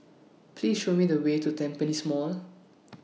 Please Show Me The Way to Tampines Mall